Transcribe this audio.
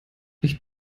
ich